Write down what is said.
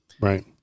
Right